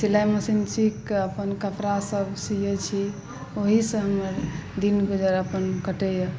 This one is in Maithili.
सिलाइ मशीन सीखिकऽ अपन कपड़ासब सिए छी ओहिसँ हमर दिन गुजर अपन कटैए